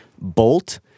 Bolt